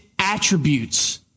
attributes